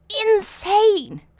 insane